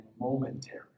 momentary